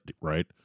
right